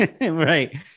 Right